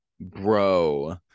Bro